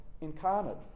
incarnate